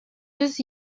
yüz